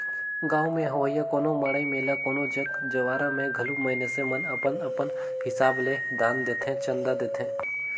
गाँव में होवइया कोनो मड़ई मेला कोनो जग जंवारा में घलो मइनसे मन अपन अपन हिसाब ले दान देथे, चंदा देथे